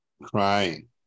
crying